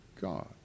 God